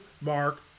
Mark